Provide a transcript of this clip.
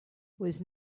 was